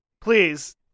please